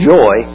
joy